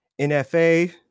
NFA